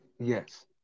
yes